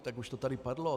Tak už to tady padlo.